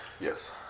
Yes